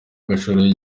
gashora